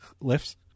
lifts